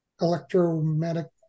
electromagnetic